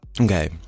Okay